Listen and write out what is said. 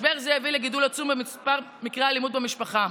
משבר זה יביא לגידול עצום במספר מקרי האלימות במשפחה.